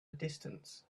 distance